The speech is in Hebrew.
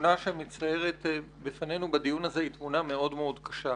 התמונה שמצטיירת בפנינו בדיון הזה היא תמונה מאוד מאוד קשה.